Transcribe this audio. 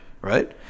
right